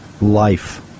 life